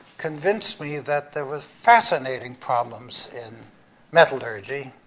convinced me that there was fascinating problems in metallurgy,